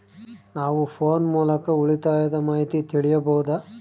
ನಾವು ಫೋನ್ ಮೂಲಕ ಉಳಿತಾಯದ ಮಾಹಿತಿ ತಿಳಿಯಬಹುದಾ?